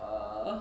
er